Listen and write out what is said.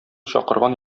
чакырган